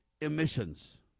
emissions